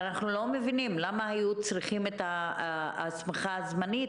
אנחנו לא מבינים למה היו צריכים את ההסמכה הזמנית